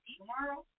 tomorrow